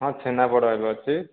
ହଁ ଛେନାପୋଡ଼ ଏବେ ଅଛି